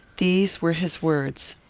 these were his words